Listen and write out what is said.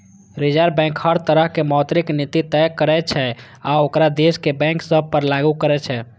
reserve bank हर तरहक मौद्रिक नीति तय करै छै आ ओकरा देशक बैंक सभ पर लागू करै छै